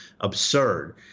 absurd